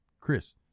chris